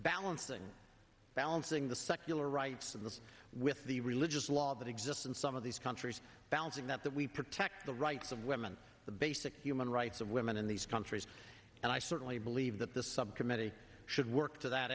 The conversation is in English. balancing balancing the secular rights of those with the religious laws that exist in some of these countries balancing that that we protect the rights of women the basic human rights of women in these countries and i certainly believe that the subcommittee should work to that